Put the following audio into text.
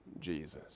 Jesus